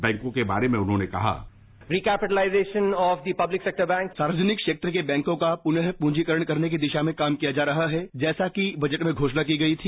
बैंकों के बारे में उन्होंने कहा सार्वजनिक क्षेत्र के बैंकों का पुन पूंजीकरण करने की दिशा में काम किया जा रहा है जैसा कि बजट में घोषणा की गई थी